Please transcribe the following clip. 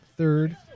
Third